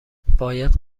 باید